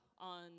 on